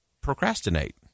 procrastinate